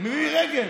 500 מטר, ממירי רגב,